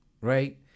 right